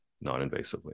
non-invasively